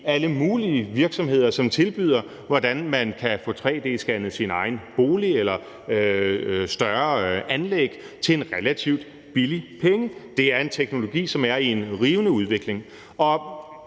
alle mulige virksomheder, som tilbyder løsninger på, hvordan man kan få tre-d-scannet sin egen bolig eller større anlæg til en relativt billig penge. Det er en teknologi, som er i en rivende udvikling.